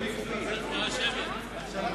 של חבר